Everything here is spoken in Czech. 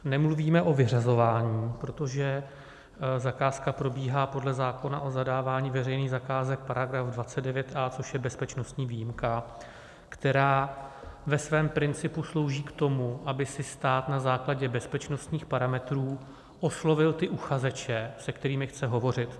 Nemluvíme o vyřazování, protože zakázka probíhá podle zákona o zadávání veřejných zakázek § 29 a), což je bezpečnostní výjimka, která ve svém principu slouží k tomu, aby si stát na základě bezpečnostních parametrů oslovil ty uchazeče, se kterými chce hovořit.